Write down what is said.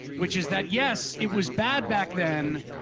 which is that, yes, it was bad back then,